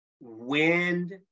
wind